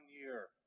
year